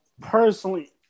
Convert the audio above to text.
personally